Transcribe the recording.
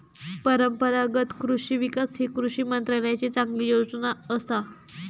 परंपरागत कृषि विकास ही कृषी मंत्रालयाची चांगली योजना असा